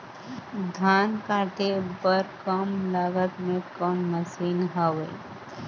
धान काटे बर कम लागत मे कौन मशीन हवय?